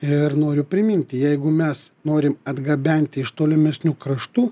ir noriu priminti jeigu mes norim atgabenti iš tolimesnių kraštų